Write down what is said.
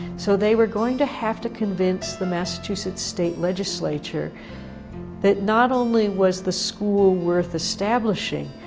so they were going to have to convince the massachusetts state legislature that not only was the school worth establishing,